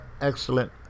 excellent